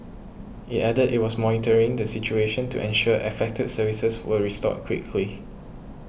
it added it was monitoring the situation to ensure affected services were restored quickly